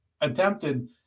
attempted